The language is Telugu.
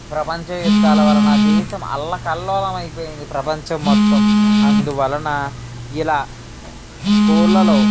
ప్రపంచ యుద్ధాల వలన దేశం అల్లకల్లోలం అయిపోయింది ప్రపంచం మొత్తం అందువలన ఇలా స్కూళ్ళలో